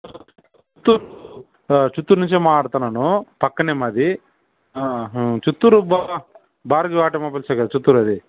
చిత్తూరు నుంచే మాట్లాడుతున్నాను పక్కనే మాది ఆ ఆ చిత్తూరు బా భార్గవి ఆటోమొబైల్స్ఏ కదా చిత్తూరు అది